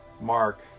Mark